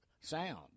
sound